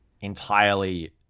entirely